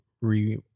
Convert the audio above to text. re